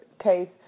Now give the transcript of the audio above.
case